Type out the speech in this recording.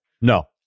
No